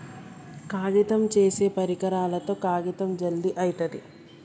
కాగితం చేసే పరికరాలతో కాగితం జల్ది అయితది